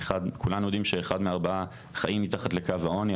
כולנו יודעים שאחד מארבעה חיים מתחת לקו העוני,